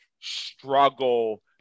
struggle